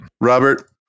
Robert